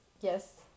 Yes